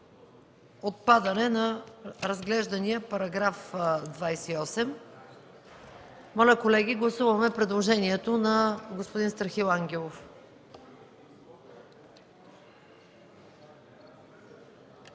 отпадане на разглеждания § 28. Колеги, гласуваме предложението на господин Страхил Ангелов.